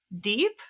deep